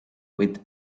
with